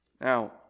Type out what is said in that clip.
Now